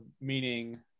meaning